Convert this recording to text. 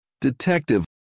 Detective